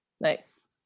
Nice